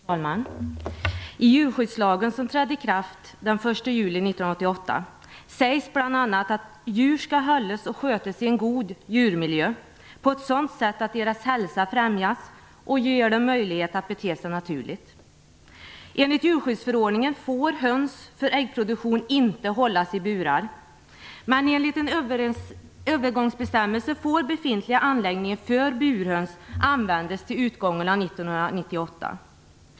Fru talman! I djurskyddslagen som trädde i kraft den 1 juli 1988, sägs bl.a. att djur skall hållas och skötas i en god djurmiljö, på ett sådant sätt att deras hälsa främjas och så att de ges möjligheter att bete sig naturligt. Enligt djurskyddsförordningen får höns inte hållas i burar för äggproduktion. Enligt en övergångsbestämmelse får befintliga anläggningar för burhöns användas till utgången av 1998.